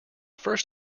first